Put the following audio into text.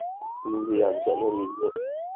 ꯃꯤꯁꯨ ꯌꯥꯝ ꯆꯠꯅꯔꯤꯅꯦ